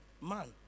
man